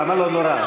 למה "לא נורא"?